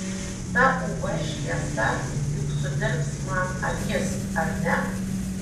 ta uv šviesa juk sudirbs man akis ar ne